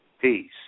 Peace